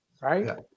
right